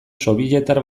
sobietar